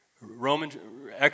Roman